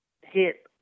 hit